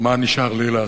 מה נשאר לי לעשות?